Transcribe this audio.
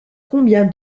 combien